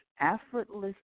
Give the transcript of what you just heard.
effortless